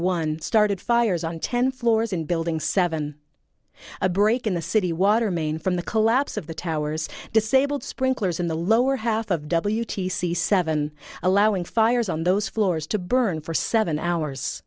one started fires on ten floors in building seven a break in the city water main from the collapse of the towers disabled sprinklers in the lower half of w t c seven allowing fires on those floors to burn for seven hours